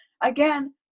again